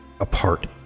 apart